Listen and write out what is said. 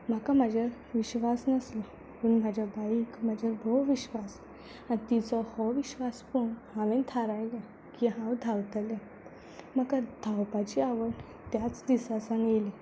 म्हाका म्हजेर विश्वास नासलो पूण म्हज्या बाईक म्हजेर खूब विश्वास आसलो तिचो हो विश्वास पळोवन हांवें थारायलें की हांव धांवतलें म्हाका धांवपाची आवड त्याच दिसा सावन आयली